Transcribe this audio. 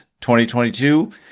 2022